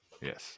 Yes